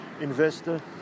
investor